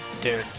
dude